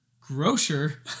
Grocer